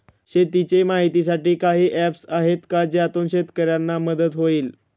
शेतीचे माहितीसाठी काही ऍप्स आहेत का ज्यातून शेतकऱ्यांना मदत होईल?